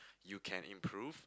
you can improve